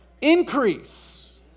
increase